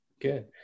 Good